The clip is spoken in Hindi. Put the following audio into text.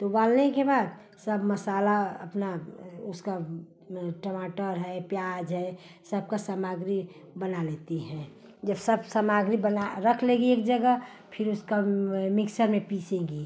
तो उबालने के बाद सब मसाला अपना उसका टमाटर है प्याज है सबका सामग्री बना लेती है जब सब सामग्री बना रख लेगी एक जगह फिर उसको मिक्सर में पीसेगी